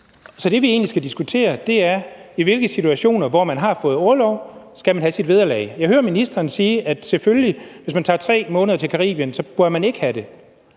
Så det, vi egentlig skal diskutere, er: I hvilke situationer, hvor man har fået orlov, skal man have sit vederlag? Jeg hører ministeren sige, at hvis man tager 3 måneder til Caribien, bør man selvfølgelig